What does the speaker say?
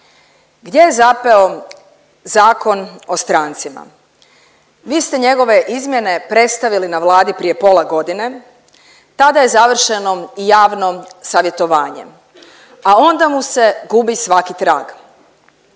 Gdje je zapeo Zakon o strancima? Vi ste njegove izmjene predstavili na Vladi prije pola godine, tada je završeno i javno savjetovanje, a onda mu se gubi svaki trag.